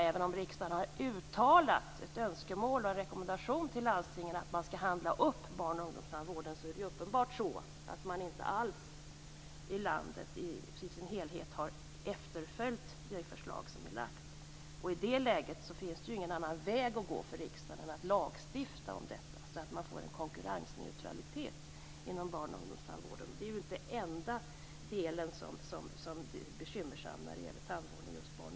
Även om riksdagen har uttalat ett önskemål och en rekommendation till landstingen att man skall upphandla barn och ungdomstandvården är det uppenbart så att man inte alls i landet i dess helhet har följt detta förslag. I det läget finns det ju ingen annan väg att gå för riksdagen än att lagstifta om detta, så att det blir konkurrensneutralitet inom barnoch ungdomstandvården. Barn och ungdomstandvården är inte enda delen som är bekymmersam.